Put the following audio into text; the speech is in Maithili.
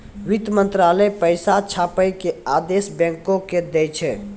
वित्त मंत्रालय पैसा छापै के आदेश बैंको के दै छै